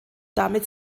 damit